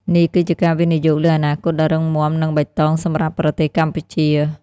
នេះគឺជាការវិនិយោគលើអនាគតដ៏រឹងមាំនិងបៃតងសម្រាប់ប្រទេសកម្ពុជា។